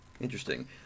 Interesting